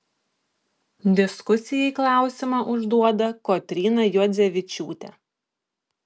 diskusijai klausimą užduoda kotryna juodzevičiūtė